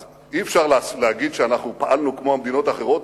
אז אי-אפשר להגיד שאנחנו פעלנו כמו המדינות האחרות,